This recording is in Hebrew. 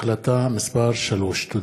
החלטה מס' 3. תודה.